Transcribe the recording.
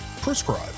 Prescribe